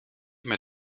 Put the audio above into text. met